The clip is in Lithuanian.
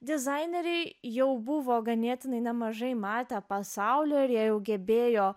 dizaineriai jau buvo ganėtinai nemažai matę pasaulio ir jie jau gebėjo